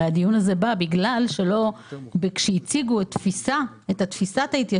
הרי הדיון הזה בא בגלל שכאשר הציגו את תפיסת ההתיישבות,